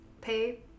pay